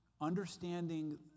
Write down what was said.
Understanding